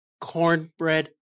cornbread